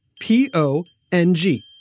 P-O-N-G